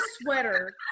sweater